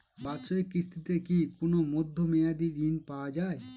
বাৎসরিক কিস্তিতে কি কোন মধ্যমেয়াদি ঋণ পাওয়া যায়?